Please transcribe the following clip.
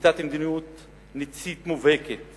נקיטת מדיניות נצית מובהקת